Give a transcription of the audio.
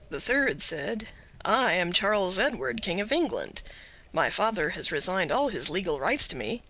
the third said i am charles edward, king of england my father has resigned all his legal rights to me.